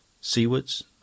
Seawards